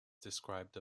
described